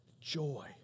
joy